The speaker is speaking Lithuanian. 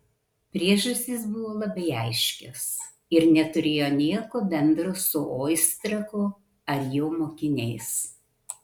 priežastys buvo labai aiškios ir neturėjo nieko bendro su oistrachu ar jo mokiniais